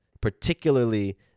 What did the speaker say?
particularly